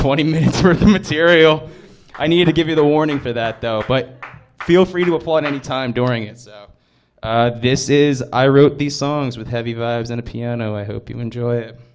twenty minutes worth of material i need to give you the warning for that though but feel free to a point any time during its this is i wrote these songs with heavy vibes and a piano i hope you enjoy it